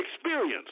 experience